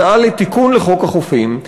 הצעה לתיקון חוק החופים,